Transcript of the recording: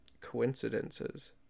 coincidences